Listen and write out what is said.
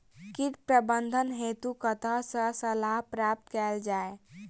कीट प्रबंधन हेतु कतह सऽ सलाह प्राप्त कैल जाय?